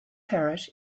parrot